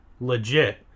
Legit